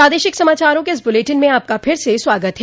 प्रादेशिक समाचारों के इस बुलेटिन में आपका फिर से स्वागत है